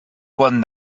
quan